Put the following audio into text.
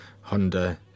Honda